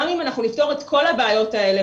גם אם אנחנו נפתור את כל הבעיות האלה,